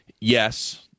yes